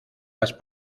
las